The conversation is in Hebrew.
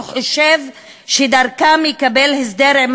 והוא חושב שדרכם יקבל הסדר עם